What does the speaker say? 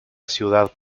ciudad